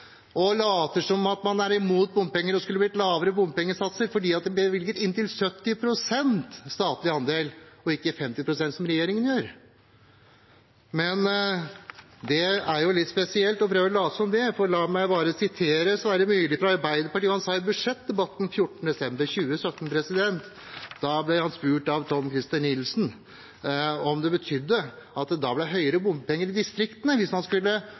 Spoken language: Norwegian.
og later som om de er imot bompenger – at det ville blitt lavere bompengesatser fordi de ville bevilget inntil 70 pst. i statlig andel, og ikke 50 pst., som regjeringen gjør. Det er litt spesielt å prøve å late som det, for la meg bare sitere Sverre Myrli fra Arbeiderpartiet i budsjettdebatten 14. desember 2017. Da ble han spurt av Tom-Christer Nilsen om det ville blitt høyere bompengesatser i distriktene hvis man